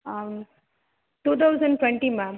ah two thousand twenty ma'am